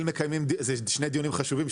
זה שני דיונים חשובים,